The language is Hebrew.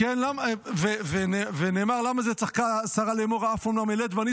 "למה זה צחקה שרה?" לאמור: "האף אמנם אלד ואני